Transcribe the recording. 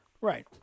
right